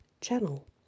channel